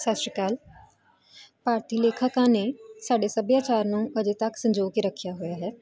ਸਤਿ ਸ਼੍ਰੀ ਅਕਾਲ ਭਾਰਤੀ ਲੇਖਕਾਂ ਨੇ ਸਾਡੇ ਸਭਿਆਚਾਰ ਨੂੰ ਅਜੇ ਤੱਕ ਸੰਯੋਗ ਰੱਖਿਆ ਹੋਇਆ ਹੈ